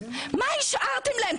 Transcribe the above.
מה השארתם להם?